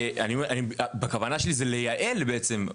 הכוונה שלי זה לייעל בעצם,